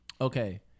okay